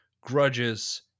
grudges